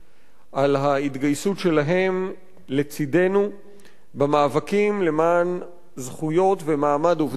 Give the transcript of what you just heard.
ההתגייסות שלהם לצדנו במאבקים למען זכויות ומעמד של עובדי הקבלן,